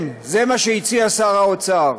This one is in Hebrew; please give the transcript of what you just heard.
כן, זה מה שהציע שר האוצר.